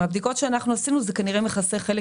מהבדיקות שעשינו זה כנראה מכסה חלק